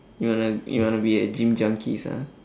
you wanna you wanna be a gym junkies ah